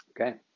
Okay